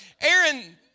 Aaron